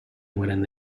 mueren